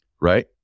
right